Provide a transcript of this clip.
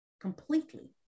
completely